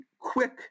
quick